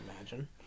imagine